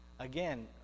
Again